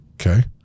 Okay